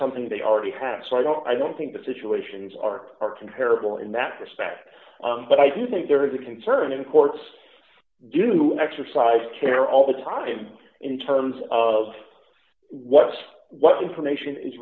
something they already have so i don't i don't think the situations are comparable in that respect but i do think there is a concern in courts do exercise care all the time in terms of what's what information is